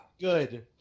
Good